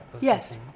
Yes